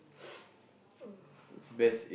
mm